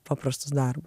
paprastus darbus